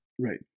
right